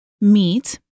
meat